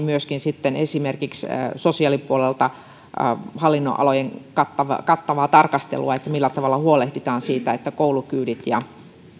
myöskin esimerkiksi sosiaalipuolelta hallinnonalojen kattavaa kattavaa tarkastelua millä tavalla huolehditaan siitä että koulukyydit ja